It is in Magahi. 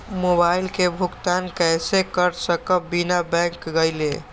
मोबाईल के भुगतान कईसे कर सकब बिना बैंक गईले?